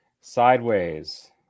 Sideways